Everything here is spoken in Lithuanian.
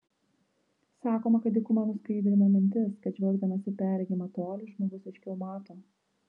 sakoma kad dykuma nuskaidrina mintis kad žvelgdamas į perregimą tolį žmogus aiškiau mato